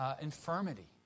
infirmity